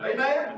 Amen